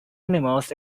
animals